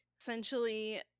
Essentially